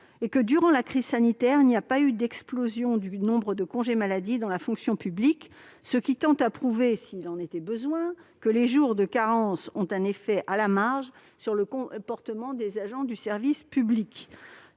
En outre, durant la crise sanitaire, il n'y a pas eu d'explosion du nombre de congés maladie dans la fonction publique. Cela tend à prouver, si besoin était, que les jours de carence n'ont qu'un effet à la marge sur le comportement des agents du service public.